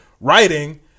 writing